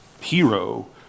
hero